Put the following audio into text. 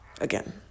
again